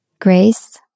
grace